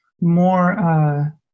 more